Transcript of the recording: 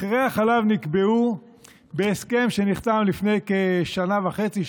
מחירי החלב נקבעו בהסכם שנחתם לפני כשנה וחצי,